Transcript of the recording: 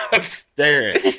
staring